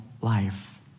life